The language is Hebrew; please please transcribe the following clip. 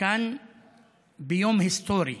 כאן ביום היסטורי,